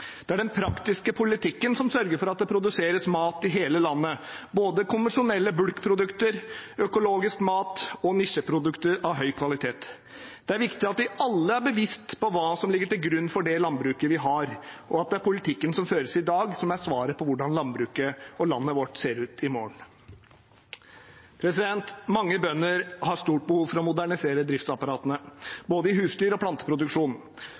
Det er den praktiske politikken som sørger for at det produseres mat i hele landet – både konvensjonelle bulkprodukter, økologisk mat og nisjeprodukter av høy kvalitet. Det er viktig at vi alle er bevisst på hva som ligger til grunn for det landbruket vi har, og at det er politikken som føres i dag, som er svaret på hvordan landbruket og landet vårt ser ut i morgen. Mange bønder har et stort behov for å modernisere driftsapparatene, i både husdyr- og planteproduksjon.